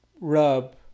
rub